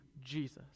Jesus